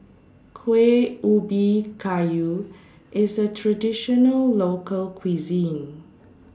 Kueh Ubi Kayu IS A Traditional Local Cuisine